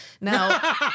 Now